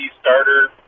starter